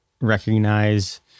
recognize